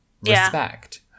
respect